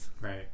Right